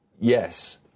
yes